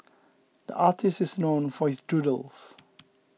the artist is known for his doodles